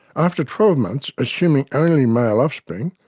after twelve months, assuming only male offspring,